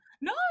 No